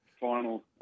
final